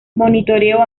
monitoreo